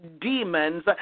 demons